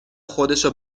خودشو